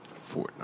Fortnite